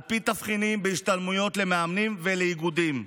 על פי תבחינים, בהשתלמויות למאמנים ולאיגודים.